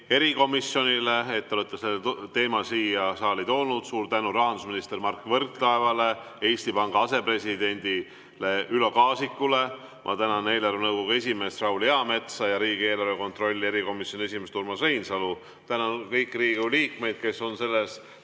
erikomisjonile, et te olete selle teema siia saali toonud. Suur tänu rahandusminister Mart Võrklaevale ja Eesti Panga asepresidendile Ülo Kaasikule! Ma tänan eelarvenõukogu esimeest Raul Eametsa ja riigieelarve kontrolli erikomisjoni esimeest Urmas Reinsalu. Tänan kõiki Riigikogu liikmeid, kes selles